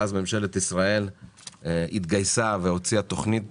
ואז ממשלת ישראל התגייסה והוציאה תוכנית